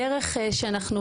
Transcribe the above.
בדרך כלל,